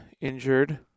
injured